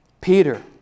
Peter